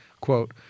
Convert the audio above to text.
quote